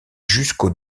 jusqu’au